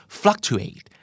fluctuate